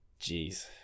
Jeez